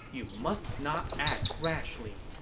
you must not act rashly.